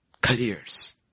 Careers